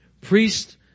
Priest